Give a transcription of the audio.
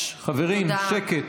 חברים, שקט.